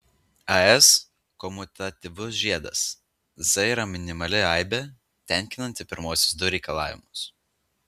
as komutatyvus žiedas z yra minimali aibė tenkinanti pirmuosius du reikalavimus